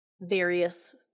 various